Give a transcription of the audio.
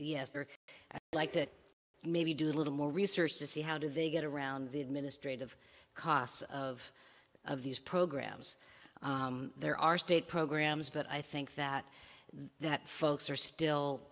are like that and maybe do a little more research to see how do they get around the administrative costs of of these programs there are state programs but i think that that folks are still